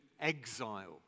exile